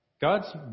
God's